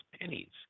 pennies